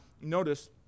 notice